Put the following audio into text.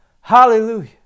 hallelujah